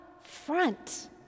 front